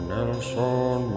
Nelson